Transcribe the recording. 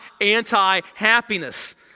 anti-happiness